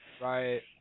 Right